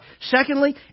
Secondly